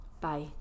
Bye